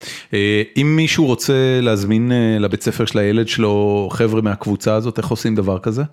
אם מישהו רוצה להזמין לבית ספר של הילד שלו חבר'ה מהקבוצה הזאת, איך עושים דבר כזה?